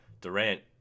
Durant